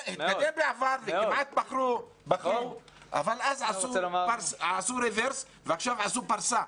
התקדם בעבר וכמעט בחרו בזה אבל אז עשו רוורס ועכשיו עשו פרסה.